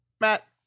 Matt